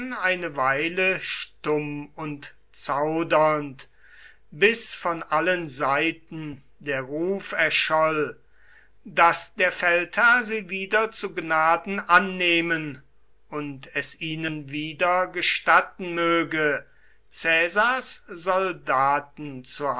eine weile stumm und zaudernd bis von allen seiten der ruf erscholl daß der feldherr sie wieder zu gnaden annehmen und es ihnen wieder gestatten möge caesars soldaten zu